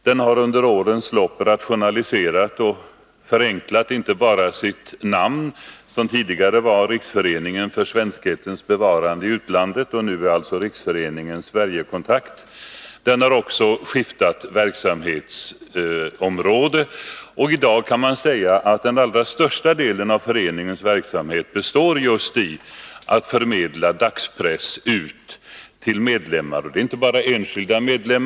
Den har under årens lopp moderniserat sitt namn — som tidigare var Riksföreningen för svenskhetens bevarande i utlandet och nu alltså är Riksföreningen för Sverigekontakt — och även delvis skiftat verksamhetsområde. I dag kan man säga att den allra största delen av föreningens verksamhet består just i att förmedla dagspress ut till medlemmar. Medlemmarna är inte bara enskilda personer.